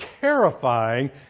terrifying